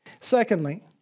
Secondly